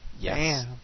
Yes